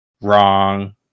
wrong